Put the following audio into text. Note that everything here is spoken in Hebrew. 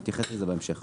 נתייחס לזה בהמשך.